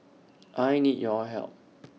I need your help